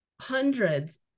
hundreds